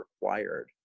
required